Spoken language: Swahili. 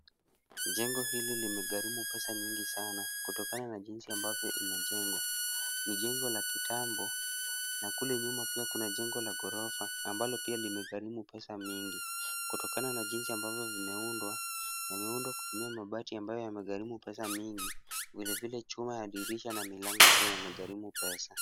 Jengo hili limegharimu pesa nyingi sana kutokana na jinsi ambavyo imejengwa. Ni jengo la kitambo na kule nyuma pia kuna jengo la ghorofa ambalo pia limegharimu pesa mingi. Kutokana na jinsi ambavyo vimeundwa yameundwa kutumia mabati ambayo yamegharimu pesa mingi vile vile chuma ya dirisha na milango pia yamegharimu pesa.